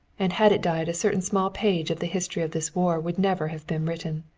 and had it died a certain small page of the history of this war would never have been written.